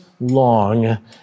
long